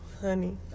Honey